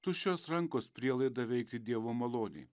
tuščios rankos prielaida veikti dievo malonei